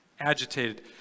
agitated